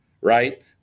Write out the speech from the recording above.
Right